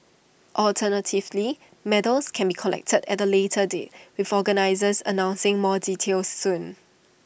alternatively medals can be collected at A later date with organisers announcing more details soon